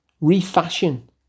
refashion